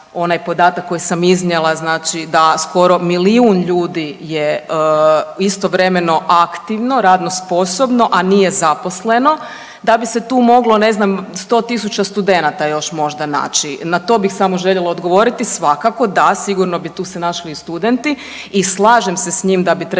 onaj podatak koji sam iznijela znači da se skoro milijun ljudi je istovremeno aktivno radno sposobno, a nije zaposleno, da bi se tu moglo ne znam 100.000 studenata još možda naći. Na to bih samo željela odgovoriti, svakako da sigurno bi se tu našli i studenti. I slažem se s njim da bi trebalo